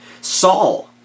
Saul